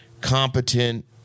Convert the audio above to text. competent